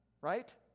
right